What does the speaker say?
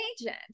agent